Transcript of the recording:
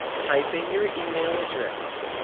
type in your email address.